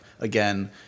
Again